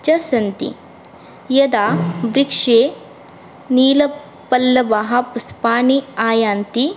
च सन्ति यदा वृक्षे नीलपल्लवाः पुष्पाणि आयान्ति